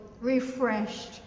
refreshed